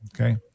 okay